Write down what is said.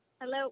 Hello